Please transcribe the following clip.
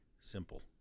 simple